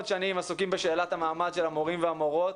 שנים עסוקים בשאלת המעמד של המורים והמורות,